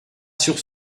sur